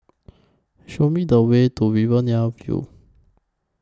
Show Me The Way to Riverina View